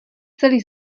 celý